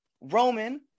Roman